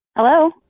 Hello